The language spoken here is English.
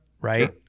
right